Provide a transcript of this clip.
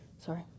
Sorry